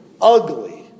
ugly